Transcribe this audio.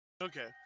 Okay